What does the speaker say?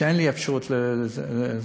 שאין לי אפשרות לזה.